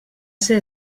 ser